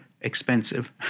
expensive